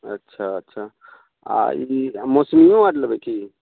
अच्छा अच्छा आ ई भी मौसमियो आर लेबै की